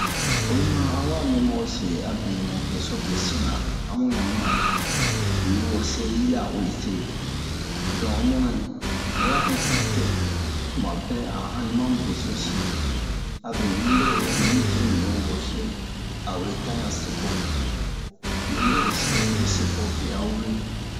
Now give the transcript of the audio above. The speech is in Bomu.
Oyi ma an wa mi mu o se abe mu beso besin na a mu yan mana nu wo se yi bɛ'a uwe se don ho muna in in wa insiste tumabɛ an ani ma mu besosi abe un yi lo he un mi jimu nu wo se a uwe ta yan se pomu bie mi uwe se mu se po biɛ'a wure